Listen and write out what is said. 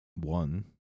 One